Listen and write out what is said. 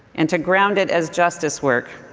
and to ground it as justice work,